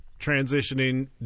transitioning